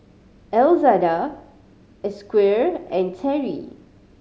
Elzada a Squire and Terri